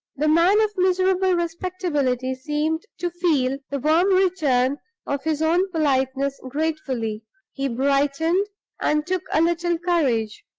the man of miserable respectability seemed to feel the warm return of his own politeness gratefully he brightened and took a little courage.